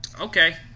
Okay